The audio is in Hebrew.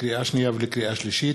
לקריאה שנייה ולקריאה שלישית,